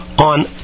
on